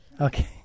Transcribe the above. Okay